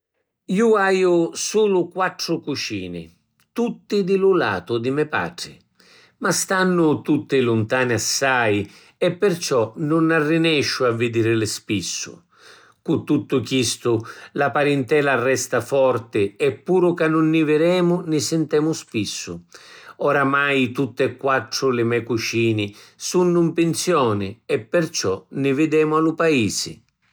Ju aju sulu quattru cucini, tutti di lu latu di me patri. Ma stannu tutti luntani assai e perciò nun arrinesciu a vidirili spissu. Cu tuttu chistu la parintela resta forti e, puru ca nun ni viremu, ni sintemu spissu. Oramai tutti e quattru li me’ cucini sunnu in pinzioni e perciò ni videmu a lu paisi.